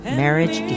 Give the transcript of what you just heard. marriage